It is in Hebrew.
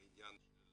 העניין של